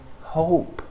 hope